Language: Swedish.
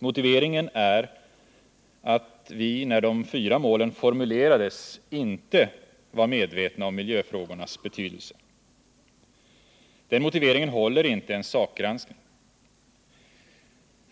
Motiveringen är att vi när de fyra målen formulerades inte var medvetna om miljöfrågornas betydelse. Den motiveringen håller inte vid en sakgranskning.